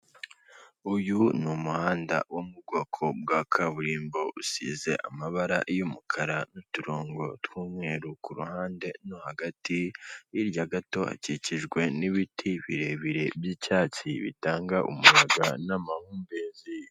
Uyu umuhanda wo mu bwoko bwa kaburimbo usize amabara y'umukara n'uturongo tw'umweru kuruhande no hagati, hirya gato hakikijwe n'ibiti birebire by'icyatsi bitanga umuyaga n'amahumbezi.